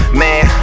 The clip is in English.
man